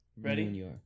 ready